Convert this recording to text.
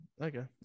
Okay